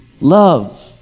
love